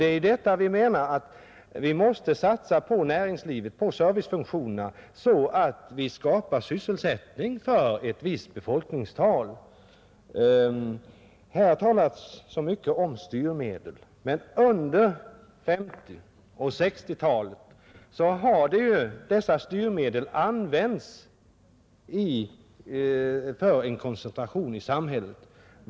Det är därför som vi menar att vi måste satsa på näringslivet, på servicefunktionerna, så att vi skapar sysselsättning för ett visst befolkningstal. Här har talats så mycket om styrmedel. Men under 1950 och 1960-talen har dessa styrmedel använts för en koncentration i samhället.